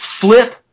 flip